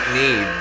need